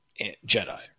Jedi